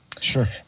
Sure